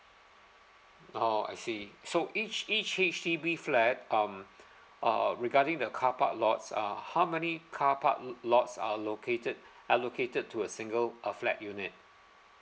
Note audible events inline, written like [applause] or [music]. oh [laughs] I see so each each H_D_B flat um uh regarding the carpark lots uh how many carpark lots are located allocated to a single uh flat unit